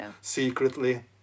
secretly